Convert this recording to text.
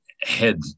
head